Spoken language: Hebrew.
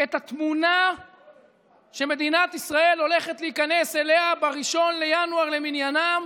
את התמונה שמדינת ישראל הולכת להיכנס אליה ב-1 בינואר למניינם.